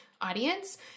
audience